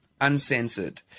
Uncensored